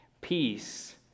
peace